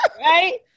Right